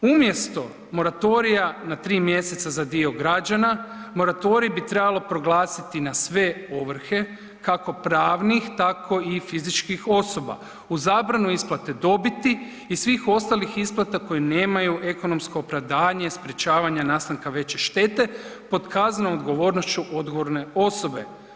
Umjesto moratorija na 3 mj. za dio građana, moratorij bi trebalo proglasiti na sve ovrhe kako pravnih tako i fizičkih osoba uz zabranu isplate dobiti i svih ostalih isplata koje nemaju ekonomske opravdanje sprječavanje nastanka veće štete pod kaznenom odgovornošću odgovorne osobe.